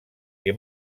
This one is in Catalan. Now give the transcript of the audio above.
que